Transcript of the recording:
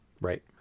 Right